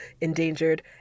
endangered